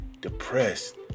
depressed